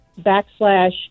backslash